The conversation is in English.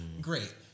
great